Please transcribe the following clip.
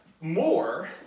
More